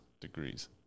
degrees